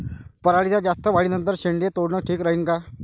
पराटीच्या जास्त वाढी नंतर शेंडे तोडनं ठीक राहीन का?